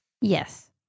Yes